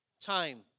time